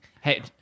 Hey